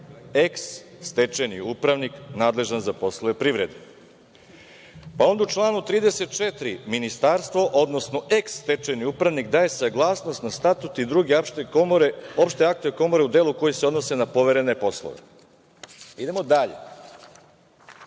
eh stečajni upravnik nadležan za poslove privrede. Pa, onda u članu 34. ministarstvo, odnosno eh stečajni upravnik daje saglasnost na statut i drugi opšti akt Komore u delu koji se odnose na poverene poslove. Idemo dalje,